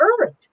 earth